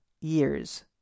years